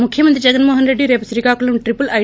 ముఖ్యమంత్రి జగన్మోహన్ రెడ్డి రేపు Srikakulam triple I